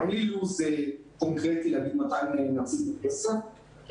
אין לי לו"ז קונקרטי להגיד מתי נחזיר את הכסף כי